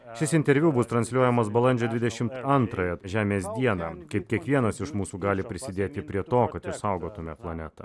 ši interviu bus transliuojamas balandžio dvidešimt antrąją žemės dieną kaip kiekvienas iš mūsų gali prisidėti prie to kad išsaugotume planetą